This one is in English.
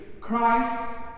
christ